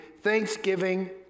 thanksgiving